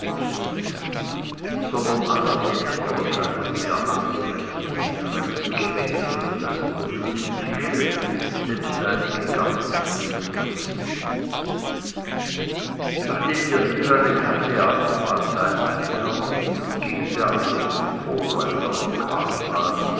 annas jetziger erscheinung mehr angemessen mit fremden gewächsen und einem grünen tische nebst einigen gartenstühlen versehen nachdem wir hier eine kleine abendmahlzeit eingenommen gingen wir an das ufer wo ein neuer kahn lag